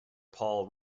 paul